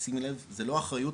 ושימי לב זה לא אחריות,